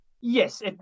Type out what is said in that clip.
Yes